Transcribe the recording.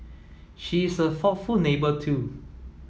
she is a thoughtful neighbour too